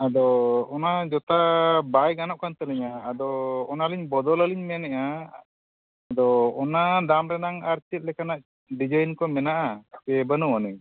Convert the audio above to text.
ᱟᱫᱚ ᱚᱱᱟ ᱡᱚᱛᱟ ᱵᱟᱭ ᱜᱟᱱᱚᱜ ᱠᱟᱱ ᱛᱟᱹᱞᱤᱧᱟ ᱟᱫᱚ ᱚᱱᱟᱞᱤᱧ ᱵᱚᱫᱚᱞᱟᱞᱤᱧ ᱢᱮᱱᱮᱜᱼᱟ ᱟᱫᱚ ᱚᱱᱟ ᱫᱟᱢ ᱨᱮᱱᱟᱝ ᱟᱨ ᱪᱮᱫ ᱞᱮᱠᱟᱱᱟᱜ ᱰᱤᱡᱟᱭᱤᱱ ᱠᱚ ᱢᱮᱱᱟᱜᱼᱟ ᱥᱮ ᱵᱟᱹᱱᱩᱜ ᱟᱹᱱᱤᱡ